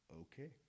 Okay